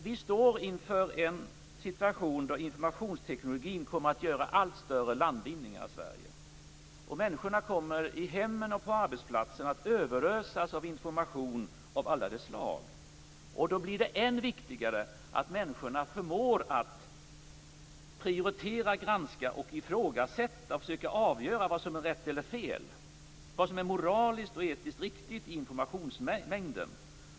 Vi står inför en situation då informationsteknologin kommer att göra allt större landvinningar i Sverige. Människorna kommer i hemmen och på arbetsplatserna att överösas av information av alla de slag. Då blir det än viktigare att människorna förmår att prioritera, granska och ifrågasätta och avgöra vad som är rätt och fel. Det gäller vad som är moraliskt och etiskt riktigt i informationsmängden.